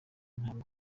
ntabwo